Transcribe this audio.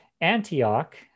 Antioch